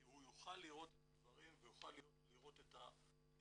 כי הוא יוכל לראות את הדברים ואת התהליכים